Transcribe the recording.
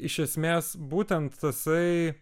iš esmės būtent tasai